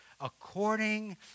according